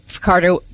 Carter